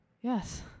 Yes